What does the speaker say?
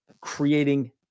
creating